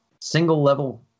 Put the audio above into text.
single-level